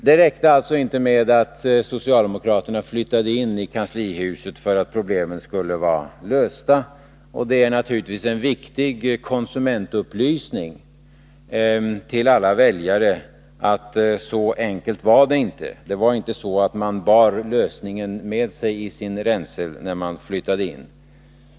Det räckte alltså inte med att socialdemokraterna flyttade in i kanslihuset för att problemen skulle vara lösta, och det är naturligtvis en viktig konsumentupplysning till alla väljare att så enkelt var det inte. Det var inte så att man bar lösningen med sig i sin ränsel när man flyttade in.